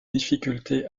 difficultés